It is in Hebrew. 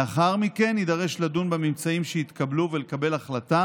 לאחר מכן יידרש לדון בממצאים שיתקבלו ולקבל החלטה